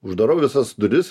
uždarau visas duris